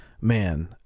Man